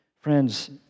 Friends